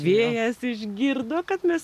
vėjas išgirdo kad mes